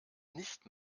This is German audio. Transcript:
nicht